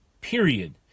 period